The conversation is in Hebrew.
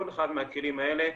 כל אחד מהכלים האלה,